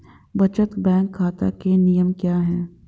बचत बैंक खाता के नियम क्या हैं?